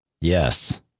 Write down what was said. Yes